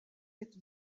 êtes